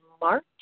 March